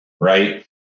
right